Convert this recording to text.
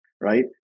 right